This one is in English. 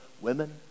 women